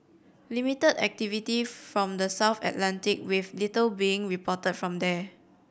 limit activity from the south Atlantic with little being report from here